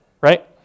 right